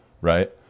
Right